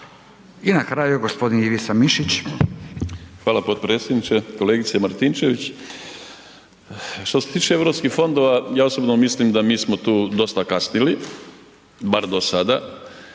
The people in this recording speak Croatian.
Ivica (Nezavisni)** Hvala potpredsjedniče. Kolegice Martinčević, što se tiče europskih fondova ja osobno mislim da mi smo tu dosta kasnili, bar do sada,